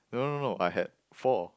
no no no I had four